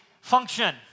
function